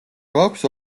გვაქვს